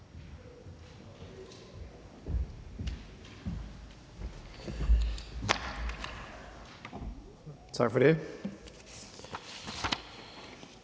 Tak for det.